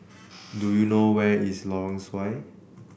do you know where is Lorong Sesuai